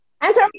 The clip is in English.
Answer